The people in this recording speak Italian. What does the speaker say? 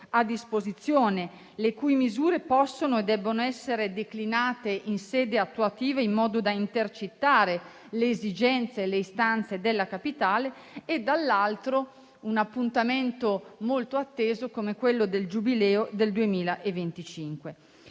a disposizione, le cui misure possono e debbono essere declinate in sede attuativa in modo da intercettare le esigenze e le istanze della Capitale; dall'altro, un appuntamento molto atteso, come quello del Giubileo del 2025.